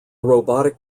robotic